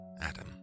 Adam